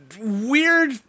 weird